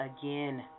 again